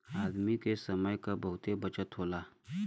आदमी के समय क बहुते बचत होला